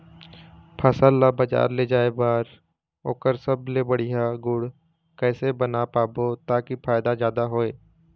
फसल ला बजार ले जाए बार ओकर सबले बढ़िया गुण कैसे बना पाबो ताकि फायदा जादा हो?